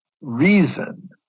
reason